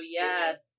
yes